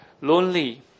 lonely